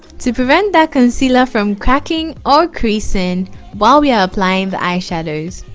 to prevent that concealer from cracking or creasing while we are applying the eyeshadows